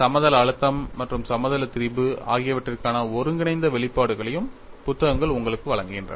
சமதள அழுத்தம் மற்றும் சமதள திரிபு ஆகியவற்றுக்கான ஒருங்கிணைந்த வெளிப்பாடுகளையும் புத்தகங்கள் உங்களுக்கு வழங்குகின்றன